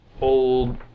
old